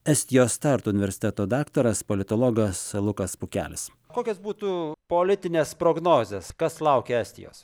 estijos tartu universiteto daktaras politologas lukas pukelis kokios būtų politinės prognozės kas laukia estijos